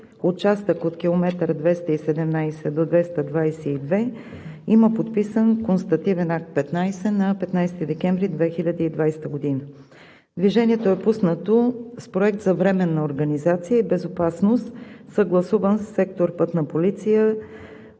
от км 270 до км 222 има подписан Констативен акт № 15 на 15 декември 2020 г. Движението е пуснато с проект за временна организация и безопасност, съгласуван със сектор „Пътна полиция“